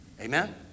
Amen